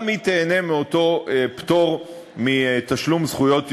גם היא תיהנה מאותו פטור מתשלום זכויות יוצרים.